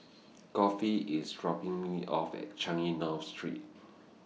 Godfrey IS dropping Me off At Changi North Street